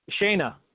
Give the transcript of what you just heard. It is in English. Shayna